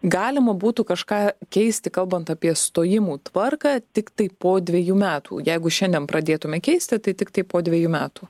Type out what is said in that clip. galima būtų kažką keisti kalbant apie stojimų tvarką tiktai po dvejų metų jeigu šiandien pradėtume keisti tai tiktai po dvejų metų